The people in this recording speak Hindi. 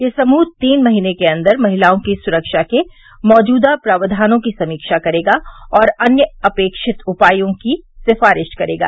यह समूह तीन महीने के अन्दर महिलाओं की सुरक्षा के मौजूदा प्रावधानों की समीक्षा करेगा और अन्य अपेक्षित उपायों की सिफारिश करेगा